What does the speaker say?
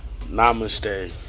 Namaste